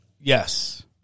Yes